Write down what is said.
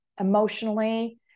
emotionally